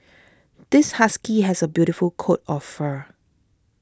this husky has a beautiful coat of fur